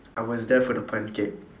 I was there for the pancake